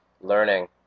learning